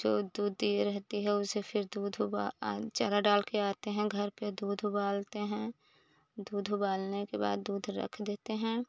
जो दूध दिए रहती है उसे फिर दूध हुआ आं चारा डालकर आते हैं घर पर दूध उबालते हैं दूध उबालने के बाद दूध रख देते हैं